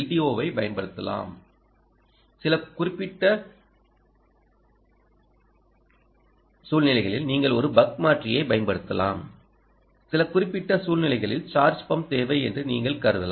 ஓவைப் பயன்படுத்தலாம் சில குறிப்பிட்ட சுழ்நிலைகளில் நீங்கள் ஒரு பக் மாற்றியை பயன்படுத்தலாம் சில குறிப்பிட்ட சுழ்நிலைகளில் சார்ஜ் பம்ப் தேவை என்று நீங்கள் கருதலாம்